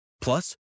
Plus